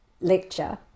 lecture